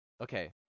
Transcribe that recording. okay